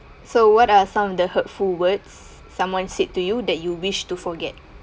so what are some of the hurtful words someone said to you that you wish to forget